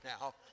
now